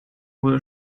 wohl